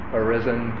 arisen